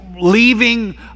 leaving